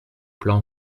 plan